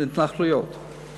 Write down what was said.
להתנחלויות.